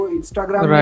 Instagram